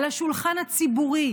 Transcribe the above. על השולחן הציבור,.